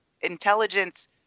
intelligence